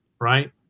right